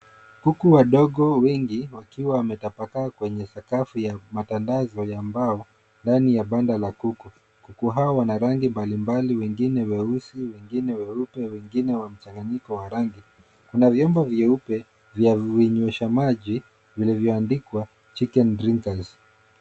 Kuku wadogo wengi wakiwa wametapakaa kwenye sakafu ya matandazo ya mbao ndani ya banda la kuku. Kuku hawa wana rangi mbalimbali, wengine weusi, wengine weupe, wengine wa mchanganyiko wa rangi. Kuna vyombo vieupe vya vinywesha maji vilivyoandikwa Chicken Drinkers .